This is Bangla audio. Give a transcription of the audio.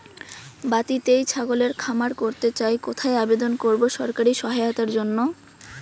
বাতিতেই ছাগলের খামার করতে চাই কোথায় আবেদন করব সরকারি সহায়তার জন্য?